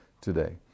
today